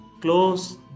Close